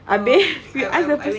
habis we asked the person